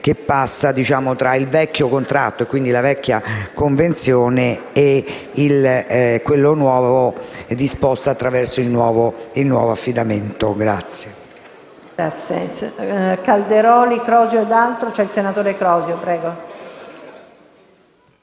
intercorre tra il vecchio contratto, quindi la vecchia convenzione, e quello nuovo disposto attraverso il nuovo affidamento.